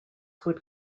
would